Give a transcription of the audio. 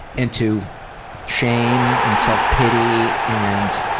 into shame and self-pity and.